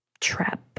trap